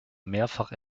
mehrfach